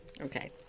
okay